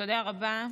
תודה רבה.